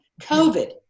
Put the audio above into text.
COVID